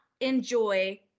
enjoy